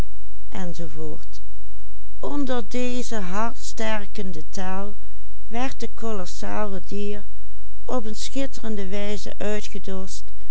werd het kolossale dier op een schitterende wijze uitgedost